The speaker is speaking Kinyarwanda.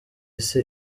ese